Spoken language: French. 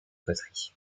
poteries